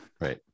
Right